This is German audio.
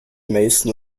mason